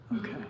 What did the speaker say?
okay